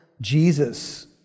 Jesus